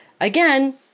again